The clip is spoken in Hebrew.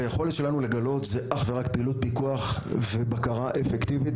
והיכולת שלנו לגלות זה אך ורק בפעילות פיקוח ובקרה אפקטיבית,